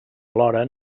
alhora